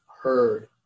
heard